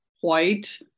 white